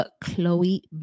chloe